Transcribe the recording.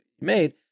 made